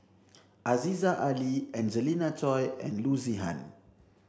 Aziza Ali Angelina Choy and Loo Zihan